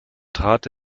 trat